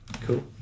Cool